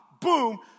boom